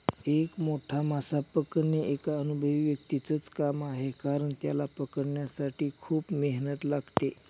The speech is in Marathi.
एक मोठा मासा पकडणे एका अनुभवी व्यक्तीच च काम आहे कारण, त्याला पकडण्यासाठी खूप मेहनत लागते